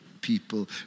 people